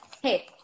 Hey